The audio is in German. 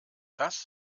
das